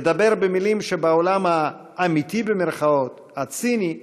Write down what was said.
לדבר במילים שבעולם האמיתי, ה"ציני",